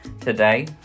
today